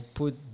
put